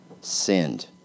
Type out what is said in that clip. sinned